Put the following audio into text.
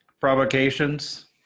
provocations